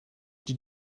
did